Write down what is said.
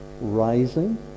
rising